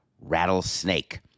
rattlesnake